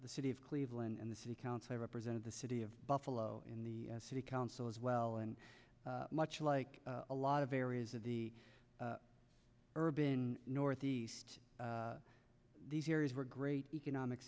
the city of cleveland and the city council i represent the city of buffalo in the city council as well and much like a lot of areas of the urban northeast these areas were great economic